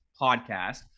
Podcast